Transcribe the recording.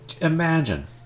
Imagine